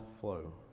flow